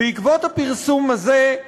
בעקבות הפרסום הזה,